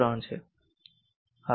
3 છે